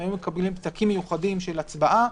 הם היו מקבלים פתקים מיוחדים של הצבעה